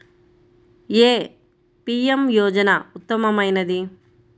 ఏ PM యోజన ఉత్తమమైనది?